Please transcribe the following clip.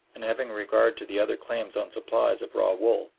and, having regard to the other claims on supplies of raw wool,